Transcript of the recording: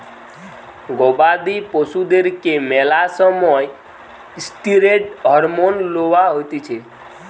গবাদি পশুদেরকে ম্যালা সময় ষ্টিরৈড হরমোন লওয়া হতিছে